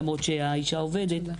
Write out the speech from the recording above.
למרות שהאישה עובדת,